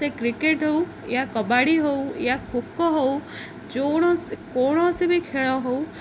ସେ କ୍ରିକେଟ୍ ହଉ ୟା କବାଡ଼ି ହଉ ୟା ଖୋଖୋ ହଉ କୌଣସି ବି ଖେଳ ହଉ